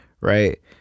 right